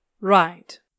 right